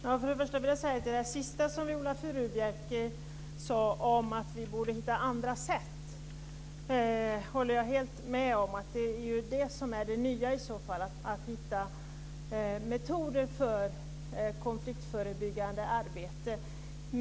Herr talman! Först vill jag säga att jag helt håller med om det som Viola Furubjelke sade om att vi borde hitta andra sätt. Det nya är ju i så fall att hitta metoder för konfliktförebyggande arbete.